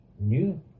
new